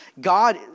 God